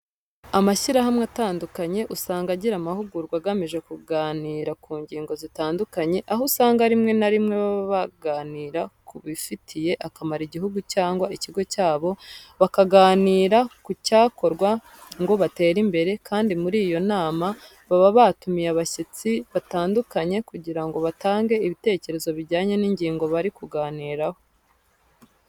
Amashyirahamwe atandukanye usanga agira amahugurwa agamije kuganira ku ngingo zitandukanye, aho usanga rimwe na rimwe baba baganira kubifitiye akamaro igihugu cyangwa ikigo cyabo, bakaganira ku cyakorwa ngo batere imbere, kandi muri iyo nama baba batumiye abashyitsi batandukanye kugira ngo batange ibitekerezo bijyanye n'ingingo bari kuganiraho.